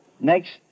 Next